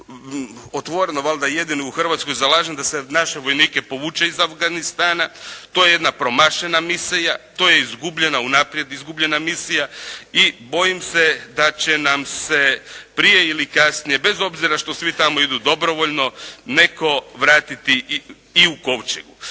otvorene, valjda jedini u Hrvatskoj zalažem, da se naše vojnike povuče iz Afganistana, to je jedna promašena misija, to je izgubljena, u naprijed izgubljena misija i bojim se da će nam se prije ili kasnije, bez obzira što svi tamo idu dobrovoljno, netko vratiti i u kovčegu.